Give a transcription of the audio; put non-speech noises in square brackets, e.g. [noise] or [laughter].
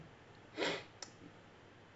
[noise]